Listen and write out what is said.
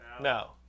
no